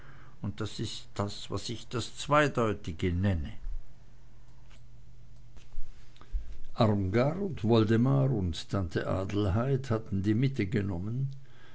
und das ist das was ich das zweideutige nenne armgard woldemar und tante adelheid hatten die mitte genommen